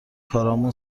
کارامون